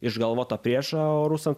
išgalvotą priešą o rusam